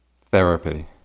therapy